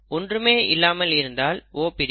ஒன்றுமே இல்லாமல் இருந்தால் O பிரிவு